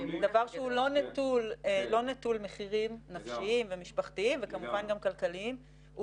זה דבר שהוא לא נטול מחירים נפשיים ומשפחתיים וכמובן גם כלכליים.